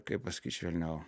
kaip paskyt švelniau